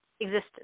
existence